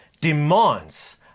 demands